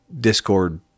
Discord